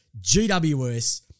GWS